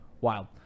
Wild